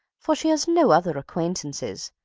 for she has no other acquaintances.